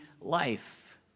life